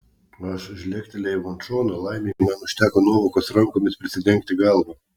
aš žlegtelėjau ant šono laimei man užteko nuovokos rankomis prisidengti galvą